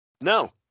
No